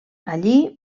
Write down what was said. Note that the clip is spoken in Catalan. allí